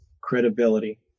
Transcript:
credibility